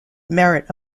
merit